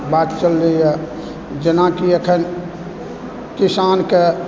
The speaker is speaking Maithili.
बात चललैए जेनाकि एखन किसानके